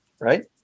right